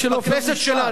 זה לא עניין של אופי משטר,